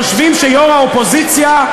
חושבים שיו"ר האופוזיציה,